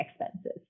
expenses